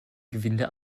gewinde